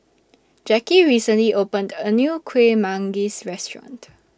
Jacki recently opened A New Kueh Manggis Restaurant